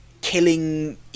killing